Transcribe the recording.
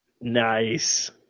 Nice